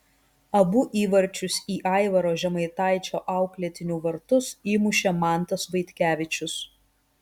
abu įvarčius į aivaro žemaitaičio auklėtinių vartus įmušė mantas vaitkevičius